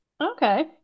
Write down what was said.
Okay